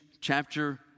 chapter